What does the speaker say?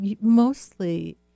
mostly